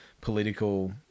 political